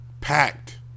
packed